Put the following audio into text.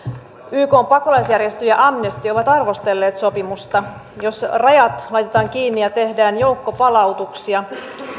ykn pakolaisjärjestö ja amnesty ovat arvostelleet sopimusta jos rajat laitetaan kiinni ja tehdään joukkopalautuksia